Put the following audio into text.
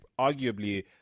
arguably